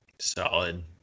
Solid